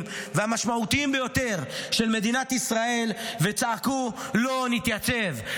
והמשמעותיים ביותר של מדינת ישראל וצעקו: לא נתייצב,